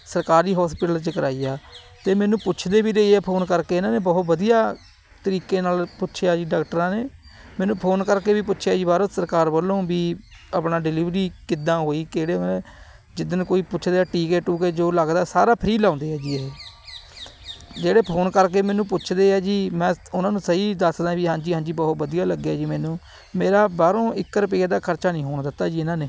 ਸਰਕਾਰੀ ਹੋਸਪੀਟਲ 'ਚ ਕਰਾਈ ਆ ਅਤੇ ਮੈਨੂੰ ਪੁੱਛਦੇ ਵੀ ਰਹੇ ਹੈ ਫੋਨ ਕਰਕੇ ਇਨ੍ਹਾਂ ਨੇ ਬਹੁਤ ਵਧੀਆ ਤਰੀਕੇ ਨਾਲ ਪੁੱਛਿਆ ਜੀ ਡਾਕਟਰਾਂ ਨੇ ਮੈਨੂੰ ਫੋਨ ਕਰਕੇ ਵੀ ਪੁੱਛਿਆ ਜੀ ਬਾਹਰੋਂ ਸਰਕਾਰ ਵੱਲੋਂ ਵੀ ਆਪਣਾ ਡਿਲੀਵਰੀ ਕਿੱਦਾਂ ਹੋਈ ਕਿਹੜੇ ਉਨ੍ਹਾਂ ਨੇ ਜਿੱਦਣ ਕੋਈ ਪੁੱਛਦੇ ਹੈ ਟੀਕੇ ਟੂਕੇ ਜੋ ਲੱਗਦਾ ਸਾਰਾ ਫਰੀ ਲਾਉਂਦੇ ਹੈ ਜੀ ਇਹ ਜਿਹੜੇ ਫੋਨ ਕਰਕੇ ਮੈਨੂੰ ਪੁੱਛਦੇ ਹੈ ਜੀ ਮੈਂ ਉਹਨਾਂ ਨੂੰ ਸਹੀ ਦੱਸਦਾ ਵੀ ਹਾਂ ਜੀ ਹਾਂ ਜੀ ਬਹੁਤ ਵਧੀਆ ਲੱਗਿਆ ਜੀ ਮੈਨੂੰ ਮੇਰਾ ਬਾਹਰੋਂ ਇੱਕ ਰੁਪਈਏ ਦਾ ਖਰਚਾ ਨਹੀਂ ਹੋਣ ਦਿੱਤਾ ਜੀ ਇਹਨਾਂ ਨੇ